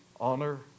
honor